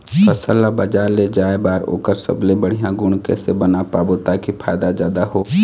फसल ला बजार ले जाए बार ओकर सबले बढ़िया गुण कैसे बना पाबो ताकि फायदा जादा हो?